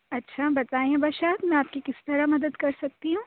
اچھا بتائیں حبشہ میں آپ کی کس طرح مدد کر سکتی ہوں